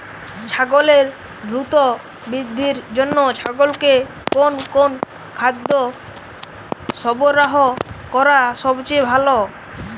ছাগলের দ্রুত বৃদ্ধির জন্য ছাগলকে কোন কোন খাদ্য সরবরাহ করা সবচেয়ে ভালো?